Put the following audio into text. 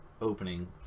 opening